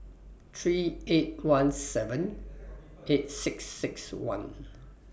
three eight one seven eight six six one